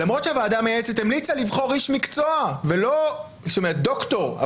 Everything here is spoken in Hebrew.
למרות שהוועדה המייעצת המליצה לבחור איש מקצוע זאת אומרת דוקטור,